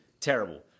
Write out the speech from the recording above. terrible